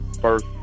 first